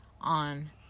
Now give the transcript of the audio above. on